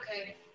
okay